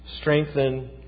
strengthen